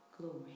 Glory